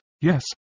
Yes